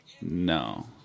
No